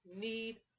need